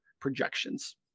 projections